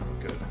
Good